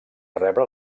rebre